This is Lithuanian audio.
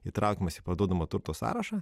įtraukiamas į parduodamo turto sąrašą